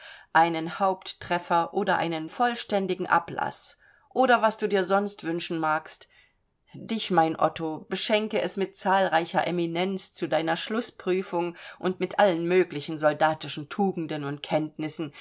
einen haupttreffer oder einen vollständigen ablaß oder was du dir sonst wünschen magst dich mein otto beschenke es mit zahlreicher eminenz zu deiner schlußprüfung und mit allen möglichen soldatischen tugenden und kenntnissen